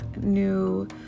new